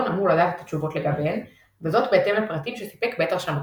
אמור לדעת את התשובות לגביהן וזאת בהתאם לפרטים שסיפק בעת הרשמתו.